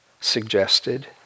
suggested